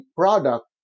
product